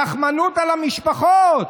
רחמנות על המשפחות.